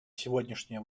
сегодняшнее